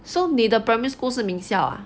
so 你的 primary school 是名校 ah